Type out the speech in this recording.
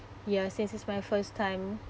ya since it's my first time